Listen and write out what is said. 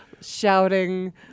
shouting